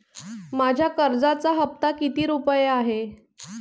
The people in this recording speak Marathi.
माझ्या कर्जाचा हफ्ता किती रुपये आहे?